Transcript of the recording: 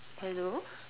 hello